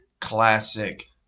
Classic